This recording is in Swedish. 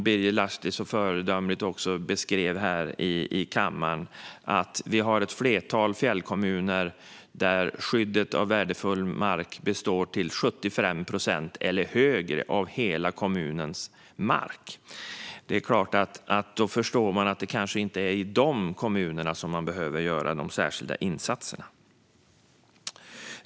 Birger Lahti beskrev här tidigare så föredömligt att vi har ett flertal fjällkommuner där skyddet av värdefull mark utgör 75 procent eller mer av hela kommunens mark. Då förstår man att det kanske inte är i dessa kommuner som man behöver göra de särskilda insatserna.